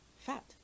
fat